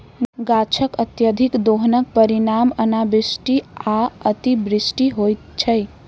गाछकअत्यधिक दोहनक परिणाम अनावृष्टि आ अतिवृष्टि होइत छै